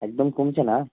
একদম কমছে না